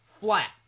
flat